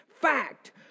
Fact